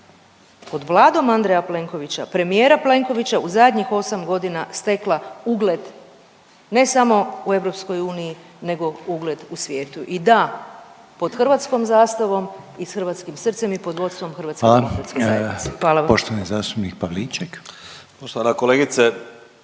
pod Vladom Andreja Plenkovića, premijera Plenkovića u zadnjih osam godina stekla ugled ne samo u EU nego ugled u svijetu. I da, pod hrvatskom zastavom i hrvatskim srcem i pod vodstvom HDZ-a. Hvala vam.